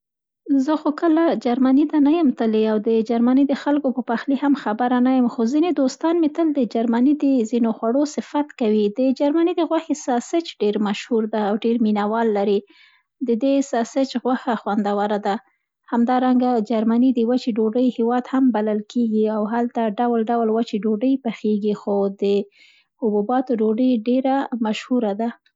زه خو کله جرمني نه یمه تللې او د جرمني د خلکو په پخلي هم خبره نه یم، خو ځیني دوستانې مې تل د جرمني د ځینو خوړو صفت کوي. د جرمني د غوښې ساسیچ ډېر مشهور ده او ډېر مینه وال لري. د دې ساسیچ غوښه خوندوره ده. همدرانکه جرمني د وچې ډوډۍ هېواد هم بلل کېږي او هلته ډول ډول وچې ډوډۍ پخېږي، خو د جبوباتو ډوډۍ یې ډېره مشهوره ده.